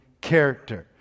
character